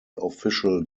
official